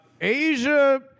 Asia